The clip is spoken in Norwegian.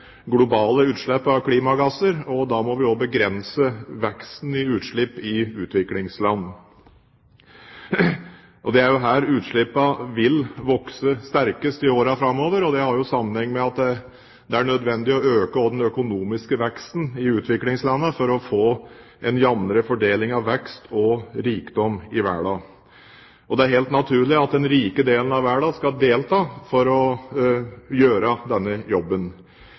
globale utslipp av klimagasser. Da må vi også begrense veksten i utslipp i utviklingsland. Det er her utslippene vil vokse sterkest i årene framover. Det har sammenheng med at det er nødvendig å øke også den økonomiske veksten i utviklingslandene for å få en jevnere fordeling av vekst og rikdom i verden. Det er helt naturlig at den rike delen av verden skal delta for å gjøre denne jobben.